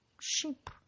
Sheep